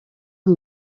who